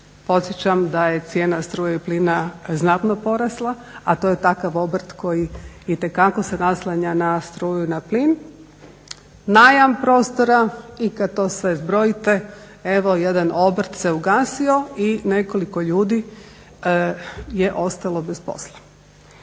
Podsjećam da je cijena struje i plina znatno porasla, a to je takav obrt koji itekako se naslanja na struju i na plin, najam prostora. I kad to sve zbrojite evo jedan obrt se ugasio i nekoliko ljudi je ostalo bez posla.